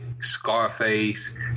Scarface